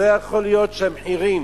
לא יכול להיות שהמחירים